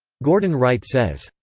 gordon wright says,